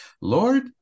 Lord